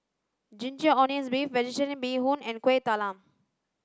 ginger onions beef vegetarian bee hoon and kueh talam